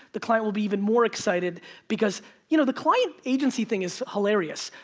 the client will be even more excited because you know the client-agency thing is hilarious.